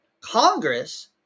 Congress